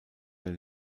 der